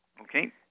Okay